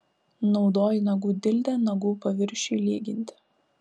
naudoji nagų dildę nagų paviršiui lyginti